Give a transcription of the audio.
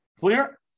clear